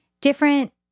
different